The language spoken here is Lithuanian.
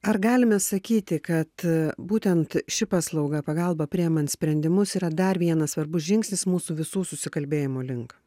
ar galime sakyti kad būtent ši paslauga pagalba priimant sprendimus yra dar vienas svarbus žingsnis mūsų visų susikalbėjimo link